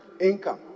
income